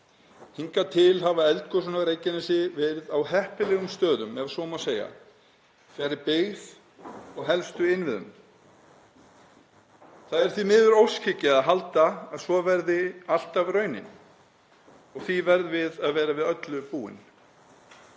Hingað til hafa eldgosin á Reykjanesi verið á heppilegum stöðum, ef svo má segja, fjarri byggð og helstu innviðum. Það er því miður óskhyggja að halda að svo verði alltaf raunin og því verðum við að vera við öllu búin.